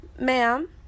Ma'am